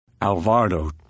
Alvaro